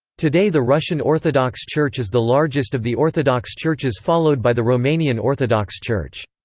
today the russian orthodox church is the largest of the orthodox churches followed by the romanian orthodox church.